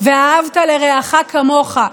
"ואהבת לרעך כמוך".